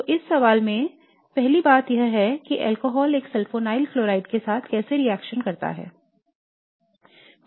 तो इस सवाल में पहली बात यह है कि अल्कोहल एक सल्फोनील क्लोराइड के साथ कैसे रिएक्शन करता है